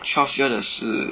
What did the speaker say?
twelve year 的是